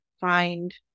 find